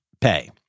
pay